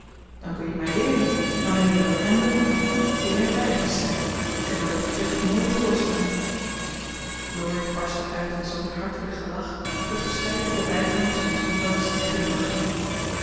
dan kun je t mij leeren en wanneer we dan hamlet opvoeren kun jij laertes zijn en kunnen we dat gevecht mooi voorstellen laurie barstte uit in zoo'n hartelijk gelach dat verscheiden voorbijgangers huns ondanks glimlachten